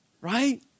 Right